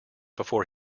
before